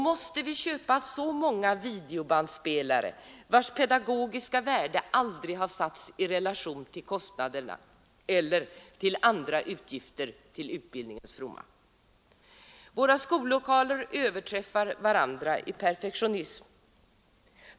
Måste vi köpa så många videobandspelare, vilkas pedagogiska värde aldrig har satts i relation till kostnaderna eller till andra utgifter till utbildningens fromma? Våra skollokaler överträffar varandra i perfektionism.